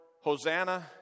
Hosanna